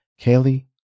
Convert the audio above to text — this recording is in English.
Kaylee